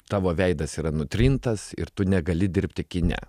tavo veidas yra nutrintas ir tu negali dirbti kine